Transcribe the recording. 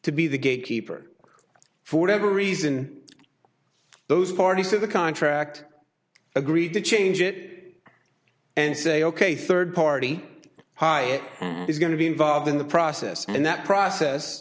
to be the gatekeeper for whatever reason those parties to the contract agreed to change it and say ok third party high is going to be involved in the process and that process